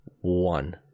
one